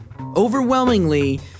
Overwhelmingly